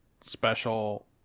special